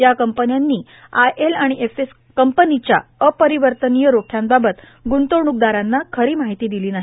या कंपन्यांनी आयएल आणि एफएस कंपनीच्या अपरिवर्तनीय रोख्यांबाबत ग्ंतवणूकदारांना खरी माहिती दिली नाही